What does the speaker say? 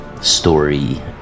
story